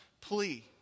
plea